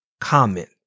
comment